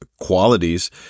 qualities